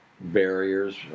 barriers